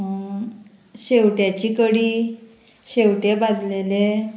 शेवट्याची कडी शेवटे भाजलेले